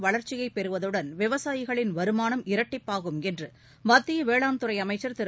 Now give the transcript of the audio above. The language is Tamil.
வளர்ச்சியை பெறுவதுடன் விவசாயிகளின் வருமானம் இரட்டிப்பாகும் என்று மத்திய வேளாண் துறை அமைச்சர் திரு